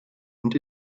und